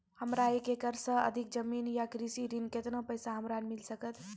हमरा एक एकरऽ सऽ अधिक जमीन या कृषि ऋण केतना पैसा हमरा मिल सकत?